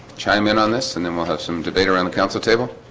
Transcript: chime in on this and then we'll have some debate around the council table